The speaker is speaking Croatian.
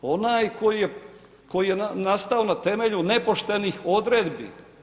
Onaj koji je nastao na temelju nepoštenih odredbi.